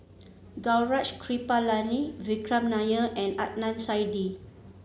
Gaurav Kripalani Vikram Nair and Adnan Saidi